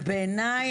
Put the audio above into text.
בעיניי,